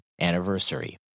anniversary